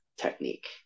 technique